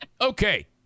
Okay